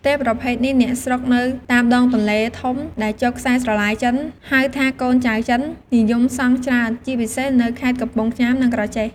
ផ្ទះប្រភេទនេះ អ្នកស្រុកនៅតាមដងទន្លេធំ ដែលជាប់ខ្សែស្រឡាយចិន ហៅថាកូនចៅចិន និយមសង់ច្រើន ជាពិសេសនៅខេត្តកំពង់ចាមនិងក្រចេះ។